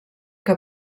que